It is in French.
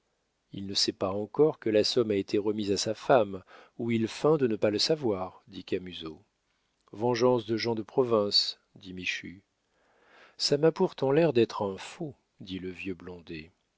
il ne sait pas encore que la somme a été remise à sa femme ou il feint de ne pas le savoir dit camusot vengeance de gens de province dit michu ça m'a pourtant l'air d'être un faux dit le vieux blondet